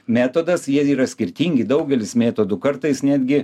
metodas jie yra skirtingi daugelis metodų kartais netgi